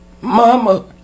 Mama